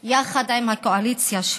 יחד עם הקואליציה שלו,